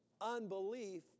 Unbelief